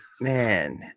Man